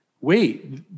Wait